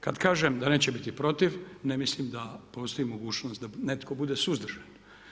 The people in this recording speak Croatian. Kad kažem da neće biti protiv, ne mislim da postoji mogućnost da netko bude suzdržan.